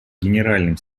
генеральным